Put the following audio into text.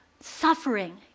suffering